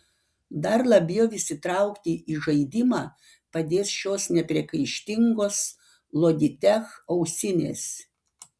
dar labiau įsitraukti į žaidimą padės šios nepriekaištingos logitech ausinės